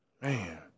Man